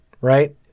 right